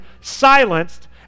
silenced